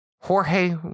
Jorge